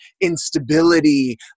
instability